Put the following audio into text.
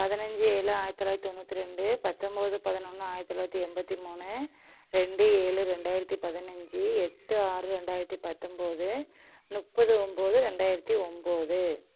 பதினைஞ்சி ஏழு ஆயிரத்தி தொள்ளாயிரத்தி தொண்ணுற்றி ரெண்டு பத்தொம்போது பதினொன்று ஆயிரத்தி தொள்ளாயிரத்தி எம்பத்தி மூணு ரெண்டு ஏழு ரெண்டாயிரத்தி பதினஞ்சு எட்டு ஆறு ரெண்டாயிரத்தி பத்தொம்போது முப்பது ஒம்பது ரெண்டாயிரத்தி ஒம்பது